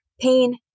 Pain